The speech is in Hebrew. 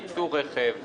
ייצוא רכב וכדומה.